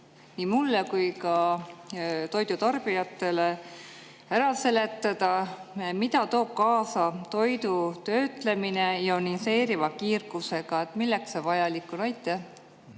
nii mulle kui ka toidutarbijatele ära seletada, mida toob kaasa toidu töötlemine ioniseeriva kiirgusega? Milleks see vajalik on? Aitäh,